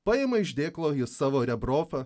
paima iš dėklo jis savo rebrofą